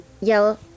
Yellow